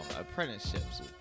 apprenticeships